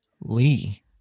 Lee